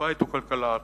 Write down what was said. עקרת-בית או כלכלה אחרת,